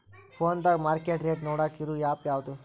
ಫೋನದಾಗ market rate ನೋಡಾಕ್ ಇರು ಆ್ಯಪ್ ಯಾವದು?